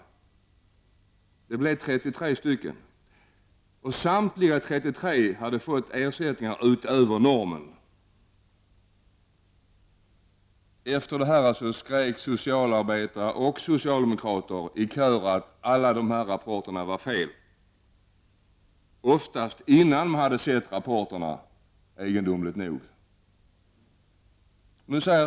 33 fall kontrollerades, och samtliga 33 hade fått större ersättning än enligt normerna. Efter det här skrek socialarbetare och även socialdemokrater i kör att de aktuella rapporterna var felaktiga. Ofta gjorde man det innan man ens hade sett rapporterna, egendomligt nog.